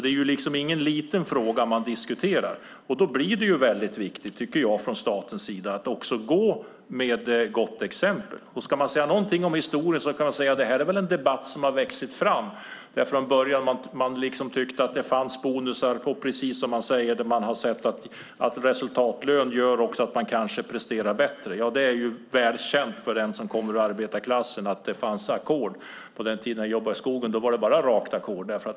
Det är alltså ingen liten fråga man diskuterar, och då blir det viktigt att man från statens sida föregår med gott exempel. Om man ska säga någonting om historien kan man säga att detta är en debatt som har vuxit fram. Från början tyckte man att det fanns bonusar på samma sätt som man säger att resultatlön gör att man kanske presterar bättre. Det är välkänt för en som kommer ur arbetarklassen att det fanns ackord. På den tid jag jobbade i skogen var det bara rakt ackord.